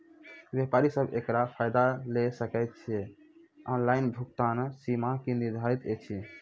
व्यापारी सब एकरऽ फायदा ले सकै ये? ऑनलाइन भुगतानक सीमा की निर्धारित ऐछि?